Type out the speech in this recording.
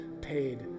paid